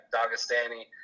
Dagestani